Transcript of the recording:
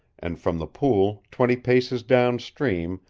and from the pool twenty paces down-stream,